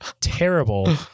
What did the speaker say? terrible